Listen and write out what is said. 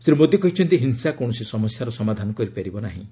ଶ୍ରୀ ମୋଦୀ କହିଛନ୍ତି ହିଂସା କୌଣସି ସମସ୍ୟାର ସମାଧାନ କରେନାହିଁ